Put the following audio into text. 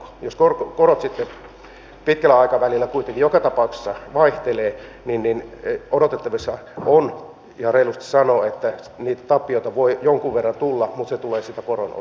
jos korot sitten pitkällä aikavälillä kuitenkin joka tapauksessa vaihtelevat niin odotettavissa on ja reilusti sanon että niitä tappioita voi jonkun verran tulla mutta ne tulevat siitä koron osuudesta